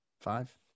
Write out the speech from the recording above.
Five